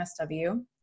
MSW